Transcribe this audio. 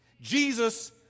Jesus